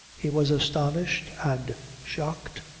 he was astonished and shocked,